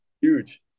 huge